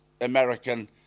American